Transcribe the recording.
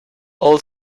all